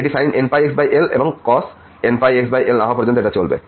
এই sin nπxl and cos nπxl না হওয়া পর্যন্ত এটা চলবে